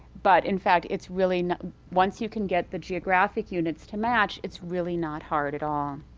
but, in fact, it's really once you can get the geographic units to match, it's really not hard at all.